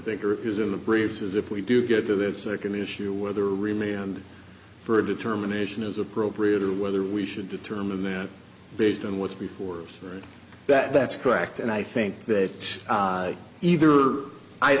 think is in the braves is if we do get to that second issue whether remain for a determination as appropriate or whether we should determine that based on what's before that that's correct and i think that either i